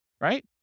right